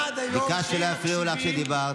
ביקשת שלא יפריעו לך כשדיברת.